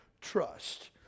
trust